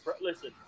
listen